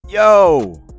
yo